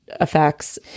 effects